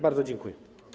Bardzo dziękuję.